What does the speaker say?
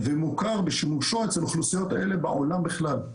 ומוכר בשימושו אצל האוכלוסיות האלה בעולם בכלל.